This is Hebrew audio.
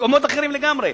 מקומות אחרים לגמרי,